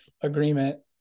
agreement